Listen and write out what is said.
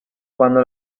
cuando